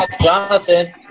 Jonathan